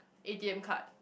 A_T_M card